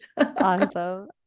Awesome